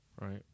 Right